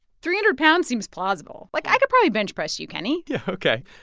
three-hundred pounds seems plausible. like, i could probably bench press you, kenny yeah, ok.